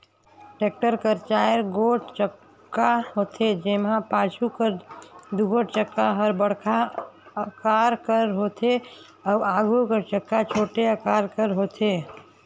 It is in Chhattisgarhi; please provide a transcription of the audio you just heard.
टेक्टर कर चाएर गोट चक्का होथे, जेम्हा पाछू कर दुगोट चक्का हर बड़खा अकार कर होथे अउ आघु कर चक्का छोटे अकार कर होथे